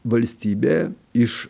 valstybė iš